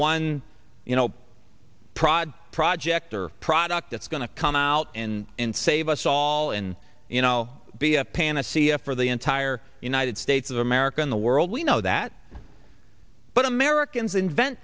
one you know prod project or product that's going to come out in and save us all and you know be a panacea for the entire united states of america in the world we know that but americans invent